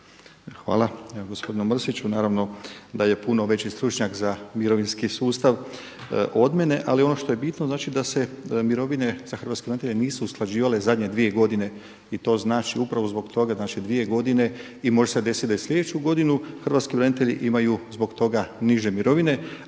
Evo gospodinu Mrsiću, naravno da je puno veći stručnjak za mirovinski sustav od mene, ali ono što je bitno znači da se mirovine za Hrvatske branitelje nisu usklađivale zadnje dvije godine i to znači upravo zbog toga, znači dvije godine i može se desiti da i slijedeću godinu hrvatski branitelji imaju zbog toga niže mirovine,